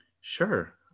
sure